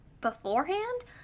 beforehand